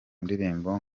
ndirimbo